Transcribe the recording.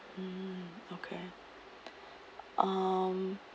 mm okay um